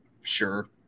sure